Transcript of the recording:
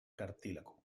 cartílago